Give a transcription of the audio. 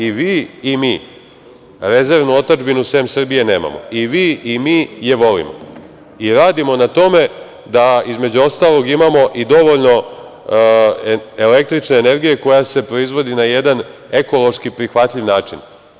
I, vi i mi, rezervnu otadžbinu sem Srbije nemamo, i vi i mi je volimo i radimo na tome da, između ostalog, imamo i dovoljno električne energije koja se proizvodi na jedan ekološki prihvatljiv način.